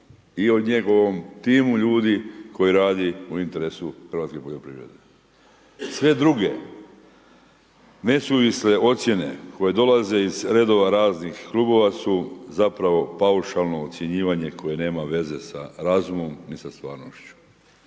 i o njegovom timu ljudi koji radi u interesu hrvatske poljoprivrede. Sve druge nesuvisle ocjene koje dolaze iz redova raznih klubova su zapravo paušalno ocjenjivanje koje nema veze sa razumom ni sa stvarnošću.